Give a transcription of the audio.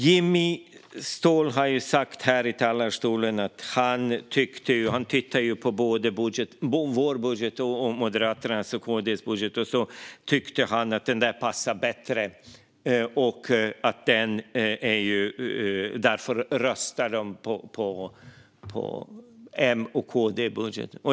Jimmy Ståhl har sagt här i talarstolen att man tittade både på vår budget och på Moderaternas och Kristdemokraternas budget och tyckte att deras passade bättre. Därför röstade man på M och KD-budgeten.